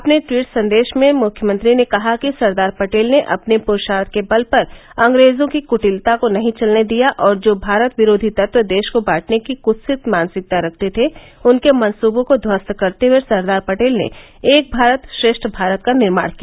अपने ट्वीट संदेश में मुख्यमंत्री ने कहा कि सरदार पटेल ने अपने पुरूषार्थ के बल पर अंग्रेजों की कुटिलता को नहीं चलने दिया और जो भारत विरोधी तत्व देश को बांटने की कुत्सित मानसिकता रखते थे उनके मंसूबो को ध्वस्त करते हए सरदार पटेल ने एक भारत श्रेष्ठ भारत का निर्माण किया